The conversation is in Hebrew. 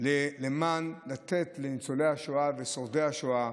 כדי לתת לניצולי השואה ושורדי השואה